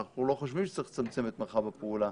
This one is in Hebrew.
אנחנו לא חושבים שצריך לצמצם את מרחב הפעולה.